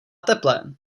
teplé